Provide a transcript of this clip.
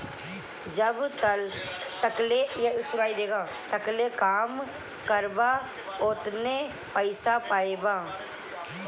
जब तकले काम करबा ओतने पइसा पइबा